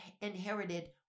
inherited